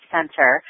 Center